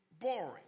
Boring